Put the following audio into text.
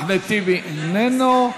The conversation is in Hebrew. אחמד טיבי, איננו,